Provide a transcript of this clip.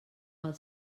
pel